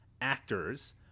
actors